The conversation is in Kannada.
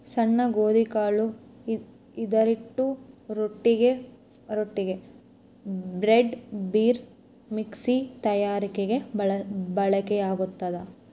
ಸಣ್ಣ ಗೋಧಿಕಾಳು ಇದರಹಿಟ್ಟು ರೊಟ್ಟಿಗೆ, ಬ್ರೆಡ್, ಬೀರ್, ವಿಸ್ಕಿ ತಯಾರಿಕೆಗೆ ಬಳಕೆಯಾಗ್ತದ